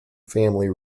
family